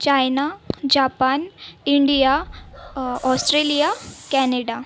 China Japan India Australia Canada